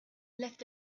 left